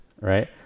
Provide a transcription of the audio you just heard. Right